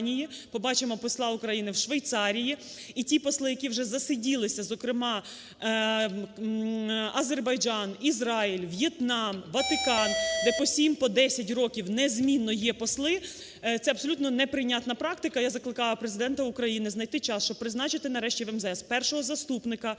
побачимо Посла України в Швейцарії. І ті посли, які вже засиділися, зокрема Азербайджан, Ізраїль, В'єтнам, Ватикан, де по 7, по 10 років незмінно є посли, це абсолютно неприйнятна практика. Я закликаю Президента України знайти час, щоб призначити нарешті в МЗС першого заступника міністра